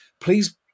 please